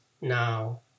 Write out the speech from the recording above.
now